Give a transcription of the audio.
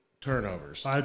turnovers